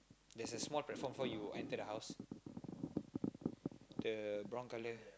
there's a small platform before you enter the house the brown colour